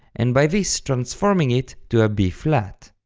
and by this transforming it to a b-flat.